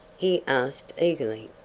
he asked, eagerly.